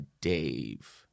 Dave